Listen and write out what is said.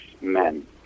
men